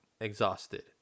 exhausted